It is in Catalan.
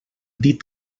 dit